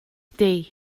ydy